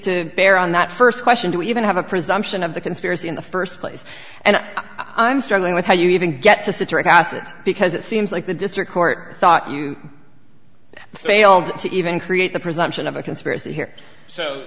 to bear on that first question to even have a presumption of the conspiracy in the first place and i'm struggling with how you even get to citric acid because it seems like the district court thought you failed to even create the presumption of a conspiracy here so